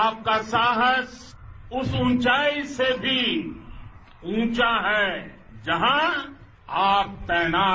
आपका साहस उस ऊंचाई से भी ऊंचा है जहां आप तैनात